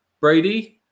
Brady